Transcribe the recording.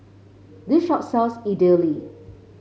this shop sells Idili